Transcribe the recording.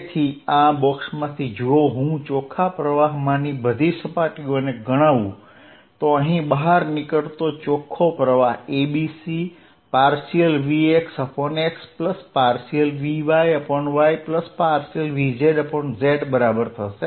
તેથી આ બોક્સમાંથી જો હું ચોખ્ખા પ્રવાહમાંની બધી સપાટીઓને ગણાવું તો અહીં બહાર નીકળતો ચોખ્ખો પ્રવાહ abcvx∂xvy∂yvz∂z બરાબર થશે